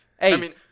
Hey